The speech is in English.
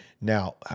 now